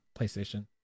playstation